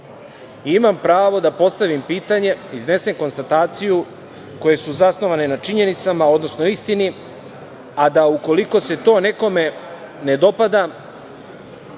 imam pravo da postavim pitanje, iznesem konstatacije koje su zasnovane na činjenicama, odnosno istini, a da ukoliko se to nekome ne dopada